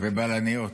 ובלניות.